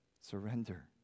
surrender